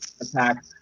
attack